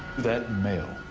that mail,